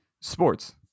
sports